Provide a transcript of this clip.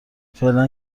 فعلا